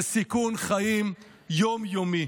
זה סיכון חיים יום-יומי.